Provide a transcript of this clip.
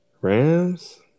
Rams